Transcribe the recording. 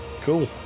cool